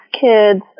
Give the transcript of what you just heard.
kids